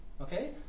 Okay